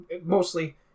mostly